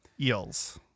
Eels